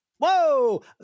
whoa